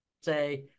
say